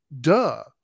duh